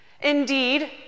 Indeed